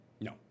No